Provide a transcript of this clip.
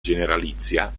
generalizia